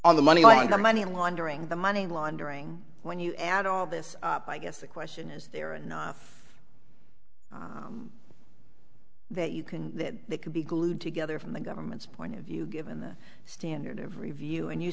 on the money and the money laundering the money laundering when you add all this up i guess the question is there are enough that you can that they could be glued together from the government's point of view given the standard of review and you